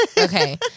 Okay